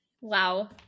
Wow